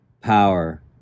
power